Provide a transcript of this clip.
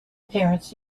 parents